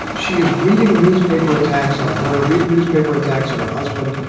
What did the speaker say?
she is reading newspaper attacks on her reading newspaper attacks on her husband.